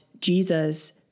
Jesus